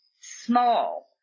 small